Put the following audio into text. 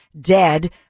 dead